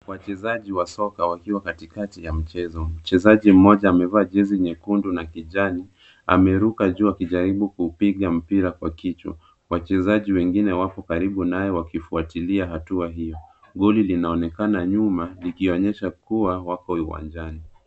Wachezaji wa soka wakiwa katikati ya mchezo. Mchezaji mmoja amevaa jezi nyekundu na kijani, ameruka juu akijaribu kupiga mpira kwa kichwa. Wachezaji wengine wako karibu naye wakifuatilia hatua hii. Goli linaonekana nyuma likionyesha kuwa wako uwanjani.